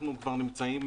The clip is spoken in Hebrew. אנחנו כבר נמצאים,